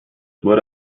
wurde